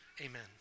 Amen